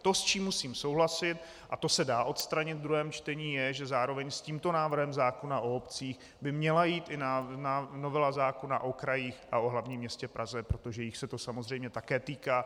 To, s čím musím souhlasit, a to se dá odstranit v druhém čtení, je, zároveň s tímto návrhem zákona o obcích by měla jít i novela zákona o krajích a o hlavním městě Praze, protože jich se to samozřejmě také týká.